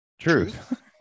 truth